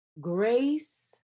Grace